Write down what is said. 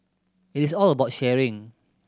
it is all about sharing